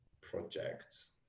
projects